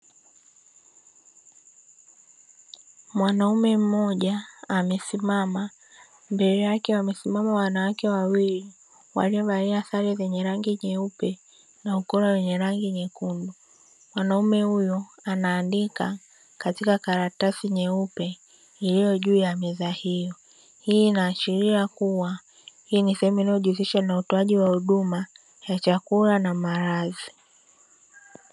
Mwanamume mmoja amesimama mbele yake wamesimama wanawake wawili waliovalia sare zenye rangi nyeupe na ukora wenye rangi nyekundu. Mwanaume huyo anaandika katika karatasi nyeupe iliyo juu ya meza hiyo. Hii inaashiria kuwa hii ni sehemu inayojihusisha na utoaji wa huduma ya chakula na maradhi.